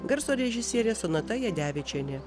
garso režisierė sonata jadevičienė